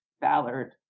Ballard